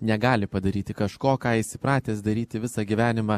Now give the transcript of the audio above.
negali padaryti kažko ką jis įpratęs daryti visą gyvenimą